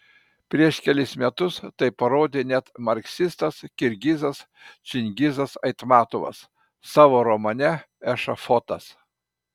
prieš kelis metus tai parodė net marksistas kirgizas čingizas aitmatovas savo romane ešafotas